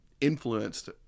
influenced